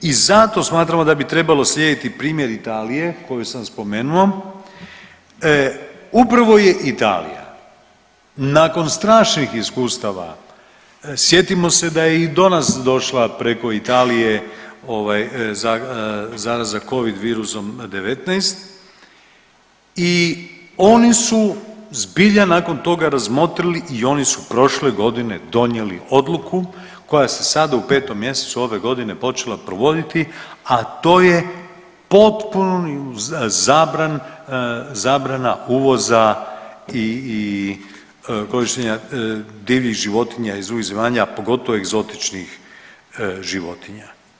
I zato smatramo da bi trebalo slijediti primjer Italije koju sam spomenuo upravo je Italija nakon strašnih iskustava, sjetimo se da je i do nas došla preko Italije zaraza covid virusom 19 i oni su zbilja nakon toga razmotrili i oni su prošle godine donijeli odluku koja se sada u 5 mjesecu ove godine počela provoditi a to je potpuna zabrana uvoza i korištenja divljih životinja iz drugih zemalja a pogotovo egzotičnih životinja.